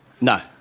No